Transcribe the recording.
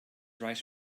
right